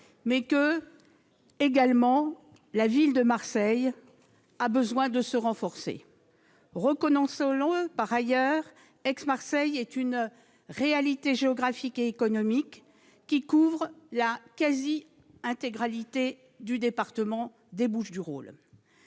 mais la ville de Marseille a également besoin de se renforcer. Reconnaissons-le, par ailleurs, Aix-Marseille est une réalité géographique et économique, qui couvre la quasi-intégralité du département des Bouches-du-Rhône.